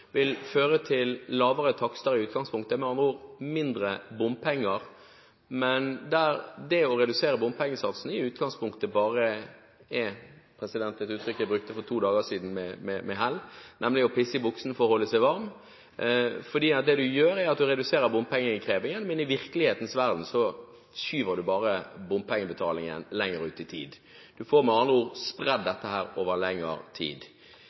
vil føre til lavere takster i utgangspunktet. Man får mindre bompenger, men det å redusere bompengesatsene er i utgangspunktet bare «å tisse i buksen for å holde seg varm» – et uttrykk jeg brukte for to dager siden med hell – for det en gjør, er at en reduserer bompengeinnkrevingen, men i virkelighetens verden skyver en bare bompengebetalingen lenger ut i tid. En får med andre ord spredd dette over lengre tid.